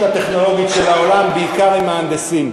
הטכנולוגית של העולם בעיקר עם מהנדסים.